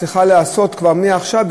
צריכה להיעשות כבר עכשיו,